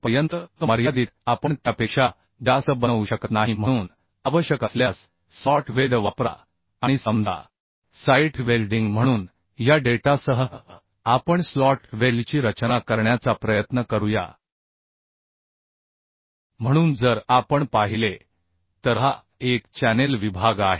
पर्यंत मर्यादित आपण त्यापेक्षा जास्त बनवू शकत नाही म्हणून आवश्यक असल्यास स्लॉट वेल्ड वापरा आणि समजा साइट वेल्डिंग म्हणून या डेटासह आपण स्लॉट वेल्डची रचना करण्याचा प्रयत्न करूया म्हणून जर आपण पाहिले तर हा एक चॅनेल विभाग आहे